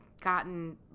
gotten